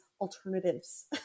alternatives